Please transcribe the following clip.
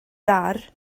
gar